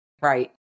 Right